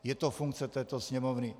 Je to funkce této Sněmovny.